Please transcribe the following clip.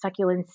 succulents